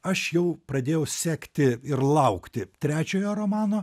aš jau pradėjau sekti ir laukti trečiojo romano